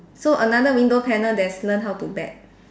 so another window panel there's learn how to bet